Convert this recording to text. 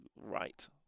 right